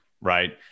right